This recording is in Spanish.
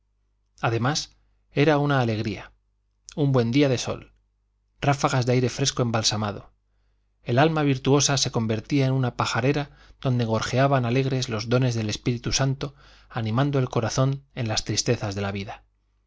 además era una alegría un buen día de sol ráfagas de aire fresco embalsamado el alma virtuosa se convertía en una pajarera donde gorjeaban alegres los dones del espíritu santo animando el corazón en las tristezas de la vida